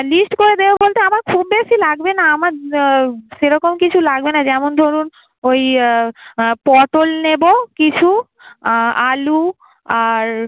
list করে দেবো বলতে আমার খুব বেশি লাগবে না আমার সেরকম কিছু লাগবে না যেমন ধরুন ওই পটল নেব কিছু আলু আর